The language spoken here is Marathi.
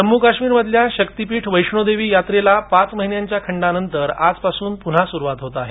जम्मू कश्मीर मधील शक्तीपीठ वैष्णोदेवी यात्रेला पाच महिन्यांच्या खंडानंतर आज पासून पुन्हा सुरुवात होत आहे